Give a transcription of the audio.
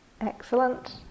excellent